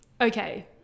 Okay